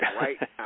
right